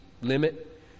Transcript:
limit